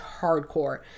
hardcore